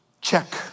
Check